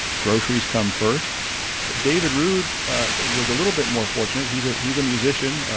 groceries come first david roode was a little bit more fortunate. he's ah he's a musician.